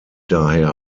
daher